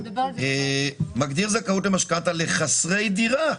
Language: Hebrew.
מגדיר זכאות למשכנתא לחסרי דירה.